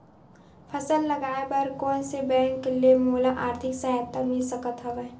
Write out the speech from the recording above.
फसल लगाये बर कोन से बैंक ले मोला आर्थिक सहायता मिल सकत हवय?